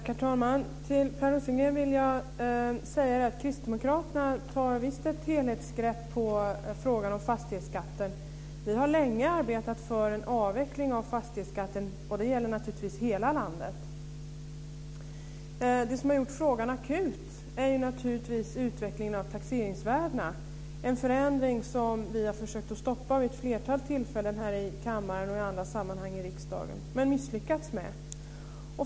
Herr talman! Till Per Rosengren vill jag säga att kristdemokraterna visst tar ett helhetsgrepp när det gäller frågan om fastighetsskatten. Vi har länge arbetat för en avveckling av fastighetsskatten. Och det gäller naturligtvis hela landet. Det som har gjort frågan akut är naturligtvis utvecklingen av taxeringsvärdena, en förändring som vi har försökt att stoppa vid ett flertal tillfällen här i kammaren och i andra sammanhang i riksdagen men misslyckats med.